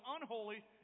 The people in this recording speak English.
unholy